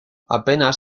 apenas